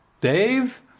Dave